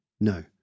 No